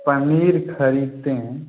पनीर खरीदते हैं